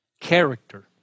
character